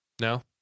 No